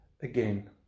again